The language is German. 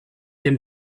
dem